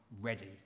ready